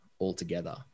altogether